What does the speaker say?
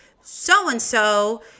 so-and-so